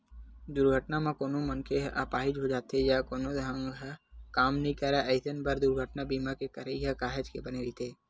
दुरघटना म कोनो मनखे ह अपाहिज हो जाथे या कोनो अंग ह काम नइ करय अइसन बर दुरघटना बीमा के करई ह काहेच के बने रहिथे